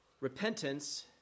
repentance